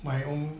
my own